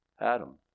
Adam